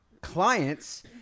clients